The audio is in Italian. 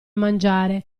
mangiare